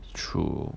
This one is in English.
true